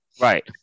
Right